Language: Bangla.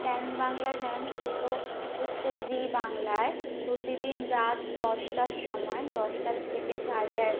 ডান্স বাংলা ডান্স হতো হচ্ছে জি বাংলায় প্রতিদিন রাত দশটার সময় দশটার থেকে সাড়ে এগ